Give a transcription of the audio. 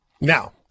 Now